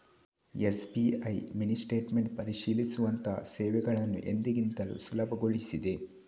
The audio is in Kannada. ಎಸ್.ಬಿ.ಐ ಮಿನಿ ಸ್ಟೇಟ್ಮೆಂಟ್ ಪರಿಶೀಲಿಸುವಂತಹ ಸೇವೆಗಳನ್ನು ಎಂದಿಗಿಂತಲೂ ಸುಲಭಗೊಳಿಸಿದೆ